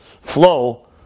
flow